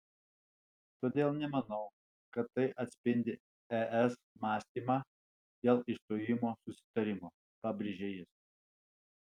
todėl nemanau kad tai atspindi es mąstymą dėl išstojimo susitarimo pabrėžė jis